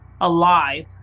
alive